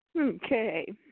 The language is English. Okay